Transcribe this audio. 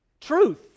Truth